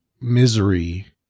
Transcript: misery